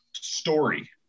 story